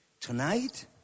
Tonight